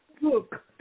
look